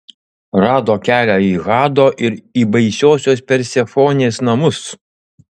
rado kelią į hado ir į baisiosios persefonės namus